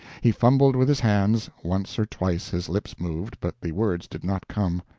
he fumbled with his hands once or twice his lips moved, but the words did not come.